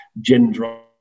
gender